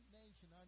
nation